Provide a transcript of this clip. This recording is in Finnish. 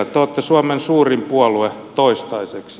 te olette suomen suurin puolue toistaiseksi